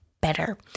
better